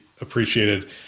appreciated